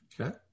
okay